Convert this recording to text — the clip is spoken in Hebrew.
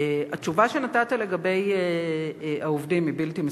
התשובה שנתת לגבי העובדים היא בלתי מספקת,